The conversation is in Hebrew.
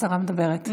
השרה מדברת.